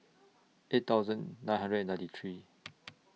eight thousand nine hundred and ninety three